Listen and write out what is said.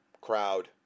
crowd